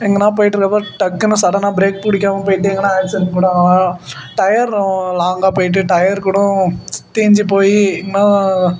எங்கேனா போய்விட்டு இருக்கறப்ப டக்குன்னு சடன்னா ப்ரேக் பிடிக்காம போய்விட்டு எங்கேனா ஆக்ஸிரண்ட் கூட ஆகலாம் டயரும் லாங்காக போய்விட்டு டயர் கூட தேய்ஞ்சிப் போய் எங்கேனா